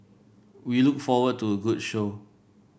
we look forward to a good show